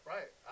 Right